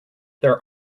their